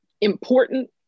important